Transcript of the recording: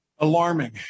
Alarming